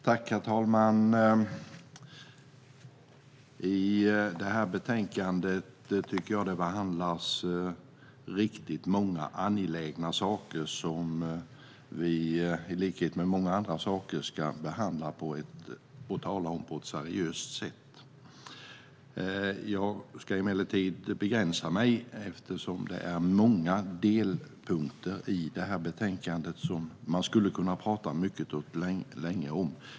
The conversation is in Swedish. Herr talman! I det här betänkandet tycker jag att riktigt många angelägna saker behandlas, och i likhet med många andra saker ska vi behandla och tala om dem på ett seriöst sätt. Jag ska emellertid begränsa mig eftersom det är många delpunkter i det här betänkandet som man skulle kunna tala mycket och länge om.